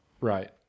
Right